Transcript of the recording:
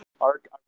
arc